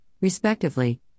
respectively